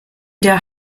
der